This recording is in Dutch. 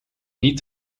niet